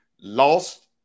lost